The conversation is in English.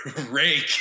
rake